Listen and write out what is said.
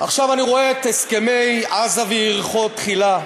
עכשיו אני רואה את הסכמי עזה ויריחו תחילה.